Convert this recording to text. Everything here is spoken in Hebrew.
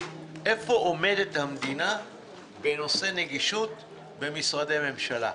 איפה עומדת המדינה בנושא הנגישות במשרדי ממשלה.